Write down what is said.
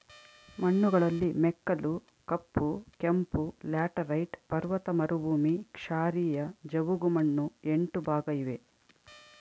ಮಣ್ಣುಗಳಲ್ಲಿ ಮೆಕ್ಕಲು, ಕಪ್ಪು, ಕೆಂಪು, ಲ್ಯಾಟರೈಟ್, ಪರ್ವತ ಮರುಭೂಮಿ, ಕ್ಷಾರೀಯ, ಜವುಗುಮಣ್ಣು ಎಂಟು ಭಾಗ ಇವೆ